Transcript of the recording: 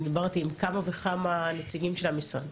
אני דיברתי עם כמה וכמה נציגים של המשרד.